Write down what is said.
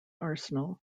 arsenal